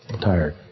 tired